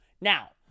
Now